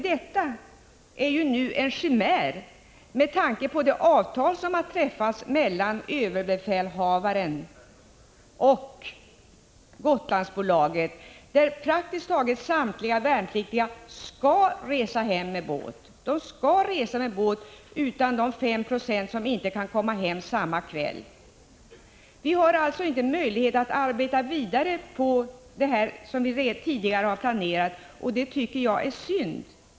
Detta är nu en chimär, med tanke på det avtal som har träffats mellan överbefälhavaren och Gotlandsbolaget, enligt vilket praktiskt taget samtliga värnpliktiga skall resa hem med båt, utom de 5 90 som inte kan komma hem samma kväll. Det finns alltså ingen möjlighet att arbeta vidare på det som tidigare har planerats, och det är synd.